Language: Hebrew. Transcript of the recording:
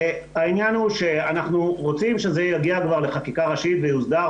העניין הוא שאנחנו רוצים שזה יגיע כבר לחקיקה ראשית ויוסדר.